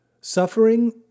suffering